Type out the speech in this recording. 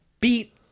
beat